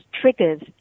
triggers